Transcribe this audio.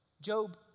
Job